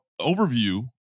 overview